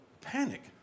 panic